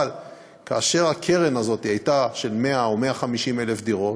אבל כאשר הקרן הזאת הייתה של 100,000 או 150,000 דירות,